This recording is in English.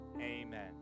Amen